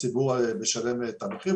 והציבור משלם את המחיר.